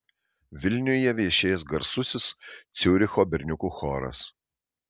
vilniuje viešės garsusis ciuricho berniukų choras